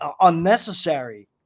unnecessary